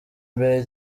mbere